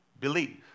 believe